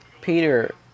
Peter